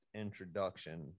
introduction